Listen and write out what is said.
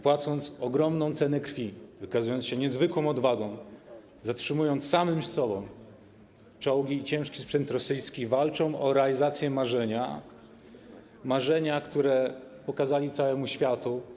Płacąc ogromną cenę krwi, wykazując się niezwykłą odwagą, zatrzymując samym sobą czołgi i ciężki sprzęt rosyjski, walczą oni o realizację marzenia, marzenia, które pokazali całemu światu.